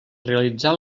realitzar